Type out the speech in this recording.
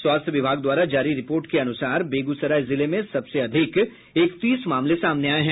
स्वास्थ्य विभाग द्वारा जारी रिपोर्ट के अनुसार बेगूसराय जिले में सबसे अधिक इकतीस मामले सामने आये हैं